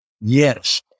Yes